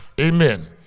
amen